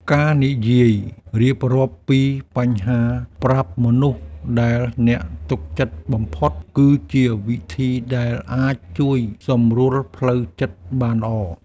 ការនិយាយរៀបរាប់ពីបញ្ហាប្រាប់មនុស្សដែលអ្នកទុកចិត្តបំផុត គឺជាវិធីដែលអាចជួយសម្រួលផ្លូវចិត្តបានល្អ។